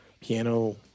piano